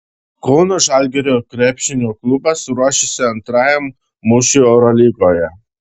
kauno žalgirio krepšinio klubas ruošiasi antrajam mūšiui eurolygoje